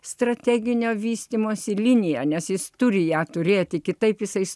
strateginio vystymosi liniją nes jis turi ją turėti kitaip visais